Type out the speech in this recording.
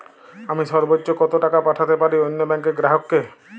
আমি সর্বোচ্চ কতো টাকা পাঠাতে পারি অন্য ব্যাংক র গ্রাহক কে?